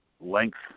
length